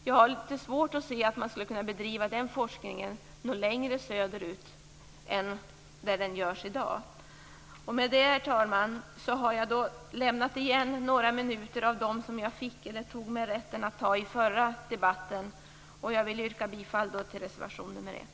Jag har litet svårt att se att man skulle kunna bedriva den forskningen längre söderut än där det görs i dag. Med det, herr talman, har jag lämnat igen några av de minuter jag fick, eller tog mig rätten att ta, i den förra debatten. Jag vill yrka bifall till reservation 1.